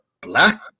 black